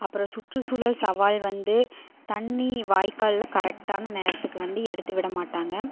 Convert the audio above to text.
அப்புறம் சுற்றுசூழல் சவால் வந்து தண்ணி வாய்க்காலில் கரெக்டான நேரத்துக்கு வந்து எடுத்து விட மாட்டாங்க